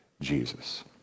Jesus